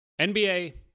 NBA